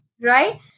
right